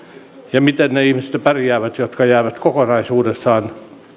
ja miten ne ihmiset pärjäävät jotka jäävät kokonaisuudessaan